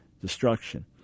destruction